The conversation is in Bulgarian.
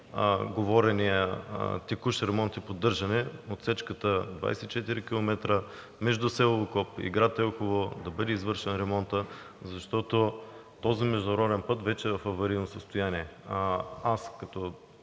говорения текущ ремонт и поддържане на отсечката 24 км между село Окоп и град Елхово да бъде извършен ремонтът, защото този международен път вече е в аварийно състояние. Аз като